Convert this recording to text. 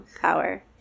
power